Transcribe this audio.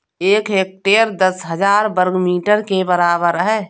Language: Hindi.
एक हेक्टेयर दस हजार वर्ग मीटर के बराबर है